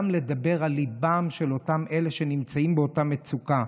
גם לדבר על ליבם של אותם אלה שנמצאים באותה מצוקה,